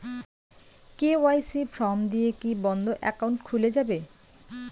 KYC form দিয়ে কি বন্ধ একাউন্ট খুলে যাবে?